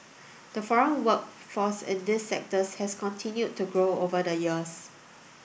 the foreign workforce in these sectors has continued to grow over the years